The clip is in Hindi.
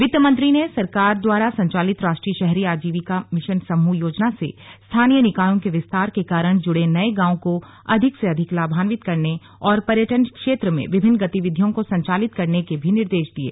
वित्त मंत्री ने सरकार द्वारा संचालित राष्ट्रीय शहरी आजिविका मिशन समूह योजना से स्थानीय निकायों के विस्तार के कारण जुड़े नये गांवों को अधिक से अधिक लाभान्वित करने और पर्यटन क्षेत्र में विभिन्न गतिविधियों को संचालित करने के भी निर्देश दिये